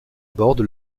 bordent